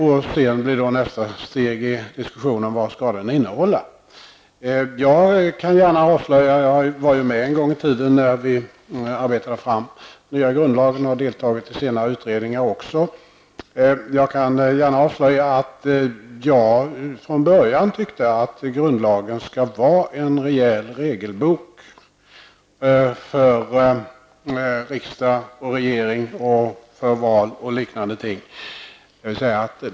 Sedan blir då nästa steg i diskussionen: Vad skall den innehålla? Jag var med en gång i tiden när vi arbetade fram den nya grundlagen, och jag har också deltagit i senare utredningar. Jag kan gärna avslöja att jag från början ansåg att grundlagen skulle vara en rejäl regelbok för riksdag och regering, för val och liknande ting.